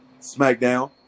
SmackDown